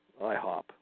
IHOP